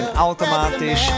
automatisch